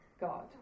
God